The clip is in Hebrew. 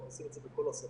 מכניסים את זה בכל השפות.